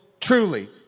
truly